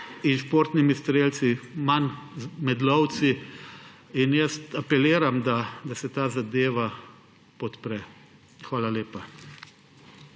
in športnimi strelci, manj med lovci. Jaz apeliram, da se ta zadeva podpre. Hvala lepa.